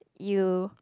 you